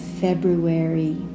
February